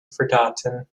forgotten